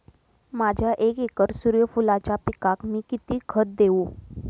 माझ्या एक एकर सूर्यफुलाच्या पिकाक मी किती खत देवू?